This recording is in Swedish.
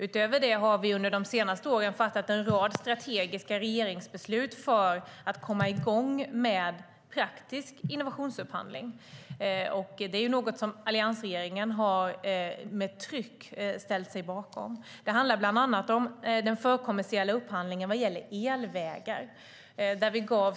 Utöver detta har vi under de senaste åren fattat en rad strategiska regeringsbeslut för att komma i gång med praktisk innovationsupphandling. Det har alliansregeringen med tryck ställt sig bakom. Det handlar bland annat om den förkommersiella upphandlingen vad gäller elvägar.